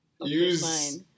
Use